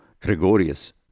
Gregorius